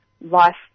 life